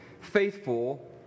faithful